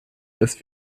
dass